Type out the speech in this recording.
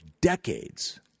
decades